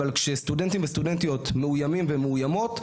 אבל כשסטודנטים וסטודנטיות מאוימים ומאוימות,